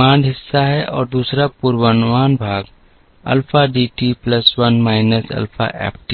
मांग हिस्सा है और दूसरा पूर्वानुमान भाग alpha D T plus 1 minus alpha F T है